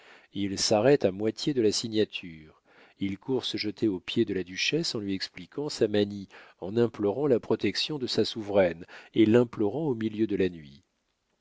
il s'arrête à moitié de la signature il court se jeter aux pieds de la duchesse en lui expliquant sa manie en implorant la protection de sa souveraine et l'implorant au milieu de la nuit